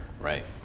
Right